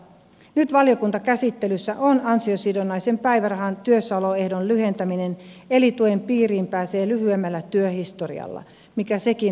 nyt valiokuntakäsittelyssä on ansiosidonnaisen päivärahan työssäoloehdon lyhentäminen eli tuen piiriin pääsee lyhyemmällä työhistorialla mikä sekin on hyvä asia